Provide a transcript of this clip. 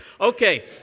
Okay